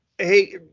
Hey